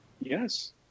Yes